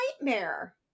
nightmare